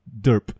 derp